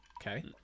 okay